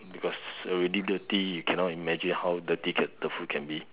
because already dirty you cannot imagine how dirty can the food can be